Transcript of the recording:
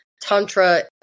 Tantra